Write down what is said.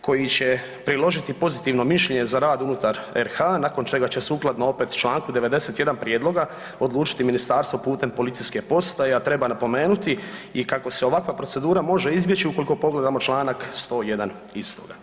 koji će priložiti pozitivno mišljenje za rad unutar RH nakon čega će sukladno opet čl. 91. prijedloga odlučiti ministarstvo putem policijske postaje, a treba napomenuti i kako se ovakva procedura može izbjeći ukoliko pogledamo čl. 101. istoga.